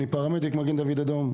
אני פרמדיק של מגן דוד אדום.